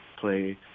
play